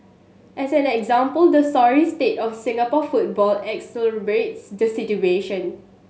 as an example the sorry state of Singapore football exacerbates the situation